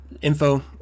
info